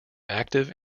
active